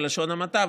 בלשון המעטה,